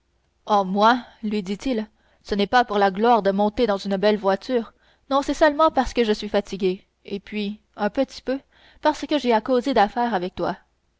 oh moi lui dit-il ce n'est pas pour la gloire de monter dans une belle voiture non c'est seulement parce que je suis fatigué et puis un petit peu parce que j'ai à causer d'affaires avec toi